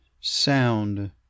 sound